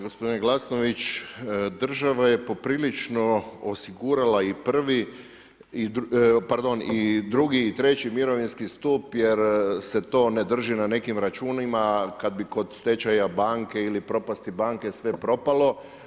Gospodine Glasnović država je poprilično osigurala i prvi, pardon, i drugi i treći mirovinski stup jer se to ne drži na nekim računima, kada bi kod stečaja banke ili propasti banke sve propalo.